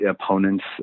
opponents